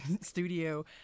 studio